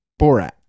Borat